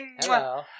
hello